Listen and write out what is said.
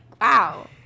wow